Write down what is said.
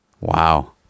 wow